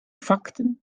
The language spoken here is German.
fakten